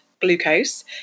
glucose